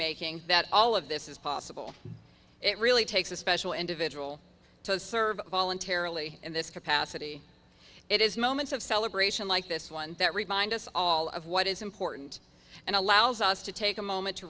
making that all of this is possible it really takes a special individual to serve voluntarily in this capacity it is moments of celebration like this one that remind us all of what is important and allows us to take a moment to